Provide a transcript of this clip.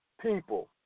people